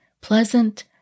pleasant